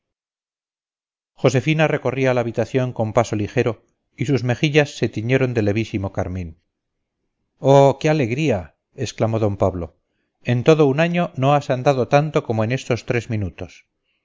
josefina recorría la habitación con paso ligero y sus mejillas se tiñeron de levísimo carmín oh qué alegría exclamó d pablo en todo un año no has andado tanto como en estos tres minutos